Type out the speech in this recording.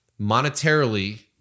monetarily